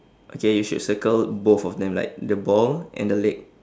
okay you should circle both of them like the ball and the leg